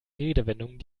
redewendungen